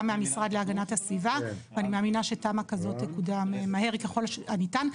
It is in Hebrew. גם מהמשרד להגנת הסביבה ואני מאמינה שתמ"א כזאת תקודם מהר ככל הניתן.